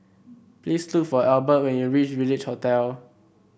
please look for Albert when you reach Village Hotel